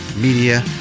Media